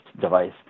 device